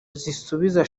zisubiza